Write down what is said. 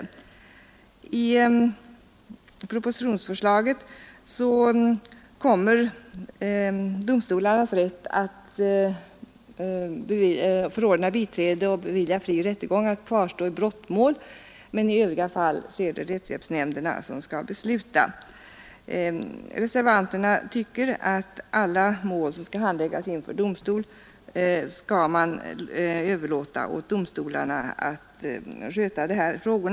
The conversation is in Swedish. Enligt propositionsförslaget kommer domstolarnas rätt att förordna biträde och bevilja fri rättegång att kvarstå i brottmål, men i övriga fall skall rättshjälpsnämnderna besluta. Reservanterna tycker att man i alla mål som skall handläggas av domstol skall överlåta åt domstolarna att sköta dessa frågor.